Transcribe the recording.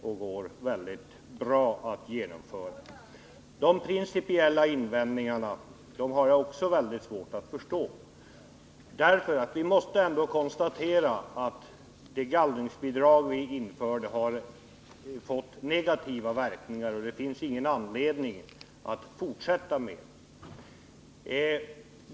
Också de principiella invändningarna har jag svårt att förstå. Vi måste ändå konstatera att det gallringsbidrag som infördes har fått negativa verkningar. Det finns ingen anledning att fortsätta med det.